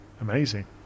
Amazing